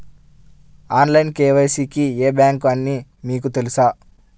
Online KYC కి ఏ bank అని మీకు తెలుసా?